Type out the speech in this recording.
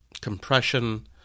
compression